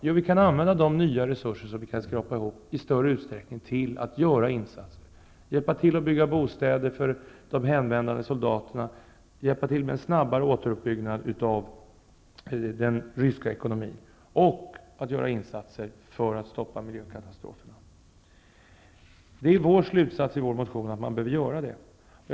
Jo, vi kan använda de nya resurser som vi kan skrapa ihop till att i större utsträckning göra insatser, hjälpa till att bygga bostäder för de hemvändande soldaterna, hjälpa till med snabbare återuppbyggnad av den ryska ekonomin och göra insatser för att stoppa miljökatastroferna. Det är vår slutsats som står bakom motion Fö34 att detta är vad man behöver göra.